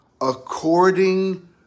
according